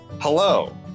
Hello